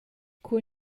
cun